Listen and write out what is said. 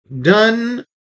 Done